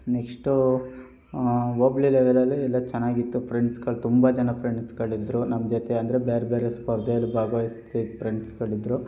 next ಹೋಬ್ಳಿ ಲೆವೆಲಲ್ಲಿ ಎಲ್ಲ ಚೆನ್ನಾಗಿತ್ತು ಫ್ರೆಂಡ್ಸ್ಗಳು ತುಂಬ ಜನ ಫ್ರೆಂಡ್ಸ್ಗಳಿದ್ದರು ನಮ್ಮ ಜೊತೆ ಅಂದರೆ ಬೇರೆ ಬೇರೆ ಸ್ಪರ್ಧೆಯಲ್ಲಿ ಭಾಗವಹಿಸ್ತಿದ್ದ ಫ್ರೆಂಡ್ಸ್ಗಳಿದ್ದರು